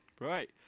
Right